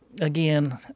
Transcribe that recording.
again